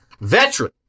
veteran